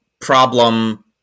problem